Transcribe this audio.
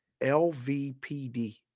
LVPD